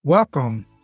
Welcome